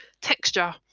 texture